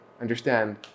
understand